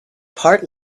part